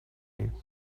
you